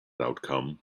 outcome